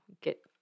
get